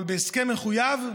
אבל בהסכם מחויב,